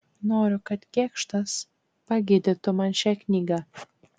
noriu kad kėkštas pagydytų man šią knygą